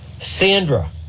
Sandra